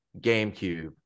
GameCube